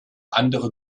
andere